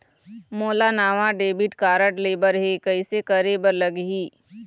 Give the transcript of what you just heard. मोला नावा debit card लेबर हे, कइसे करे बर लगही?